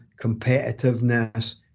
competitiveness